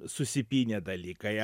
susipynę dalykai